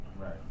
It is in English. Right